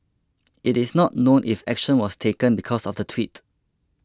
it is not known if action was taken because of the Twitter